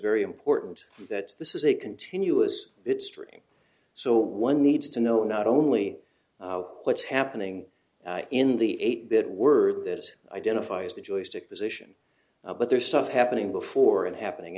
very important that this is a continuous stream so one needs to know not only what's happening in the eight bit word that identifies the joystick position but there's stuff happening before and happening